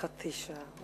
חצי שעה.